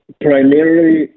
Primarily